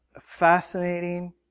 fascinating